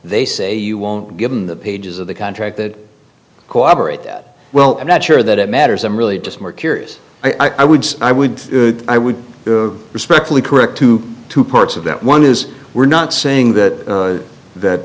they say you won't give them the pages of the contract that cooperate that well i'm not sure that it matters i'm really just more curious i would i would i would respectfully correct to two parts of that one is we're not saying that that